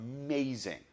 amazing